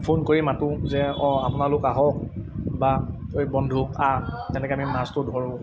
phone কৰি মাতোঁ যে অঁ আপোনালোক আহক বা ঐ বন্ধু আহ তেনেকৈ আমি মাছটো ধৰোঁ